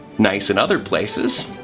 nice in other places.